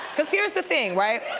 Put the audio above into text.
cuz heres the thing right,